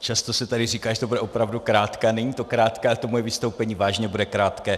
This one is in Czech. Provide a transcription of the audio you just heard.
Často se tady říká, že to bude opravdu krátké, a není to krátké, ale to moje vystoupení vážně bude krátké.